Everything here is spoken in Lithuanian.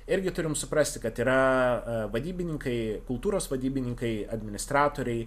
irgi turim suprasti kad yra vadybininkai kultūros vadybininkai administratoriai